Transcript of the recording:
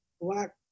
Black